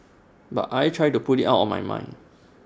but I try to put IT out of my mind